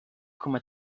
come